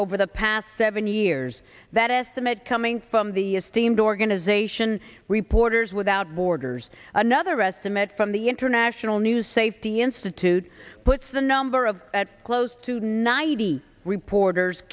over the past seventy years that estimate coming from the esteemed organization reporters without borders another estimate from the international news safety institute puts the number of at close to ninety reporters